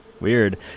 Weird